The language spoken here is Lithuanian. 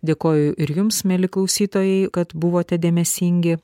dėkoju ir jums mieli klausytojai kad buvote dėmesingi